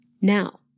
Now